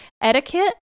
Etiquette